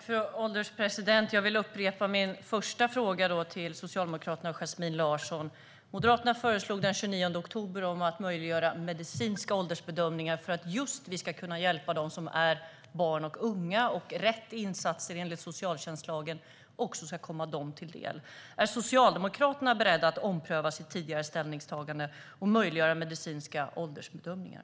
Fru ålderspresident! Jag vill upprepa min första fråga till Socialdemokraterna och Yasmine Larsson. Moderaterna föreslog den 29 oktober att man skulle möjliggöra medicinska åldersbedömningar just för att vi ska kunna hjälpa dem som är barn och unga och för att rätt insatser enligt socialtjänstlagen ska komma dem till del. Är Socialdemokraterna beredda att ompröva sitt tidigare ställningstagande och möjliggöra medicinska åldersbedömningar?